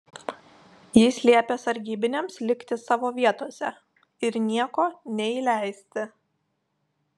jis liepė sargybiniams likti savo vietose ir nieko neįleisti